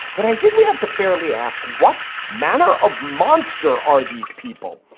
then i think we have to fairly ask what manner of monster are these people?